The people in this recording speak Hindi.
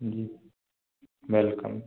जी वेलकम